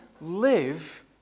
live